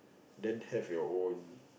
then have your own